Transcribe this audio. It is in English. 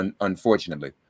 unfortunately